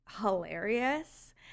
hilarious